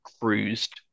cruised